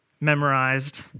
memorized